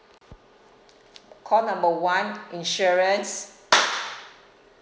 call number one insurance